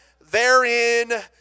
therein